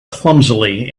clumsily